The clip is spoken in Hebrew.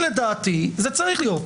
לדעתי, זה צריך להיות.